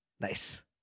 nice